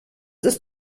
ist